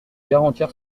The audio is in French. garantir